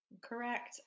Correct